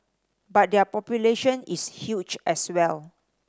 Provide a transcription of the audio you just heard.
but their population is huge as well